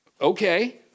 okay